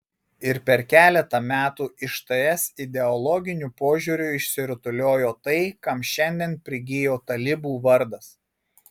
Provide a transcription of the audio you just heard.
ir per keletą metų iš ts ideologiniu požiūriu išsirutuliojo tai kam šiandien prigijo talibų vardas